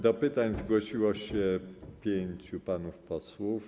Do pytań zgłosiło się pięciu panów posłów.